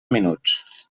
minuts